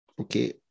okay